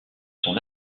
son